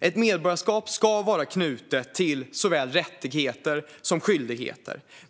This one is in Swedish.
Ett medborgarskap ska vara knutet till såväl rättigheter som skyldigheter.